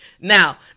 Now